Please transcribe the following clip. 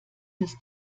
des